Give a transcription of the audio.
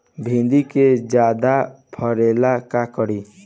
भिंडी के ज्यादा फरेला का करी?